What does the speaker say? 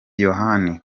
yohani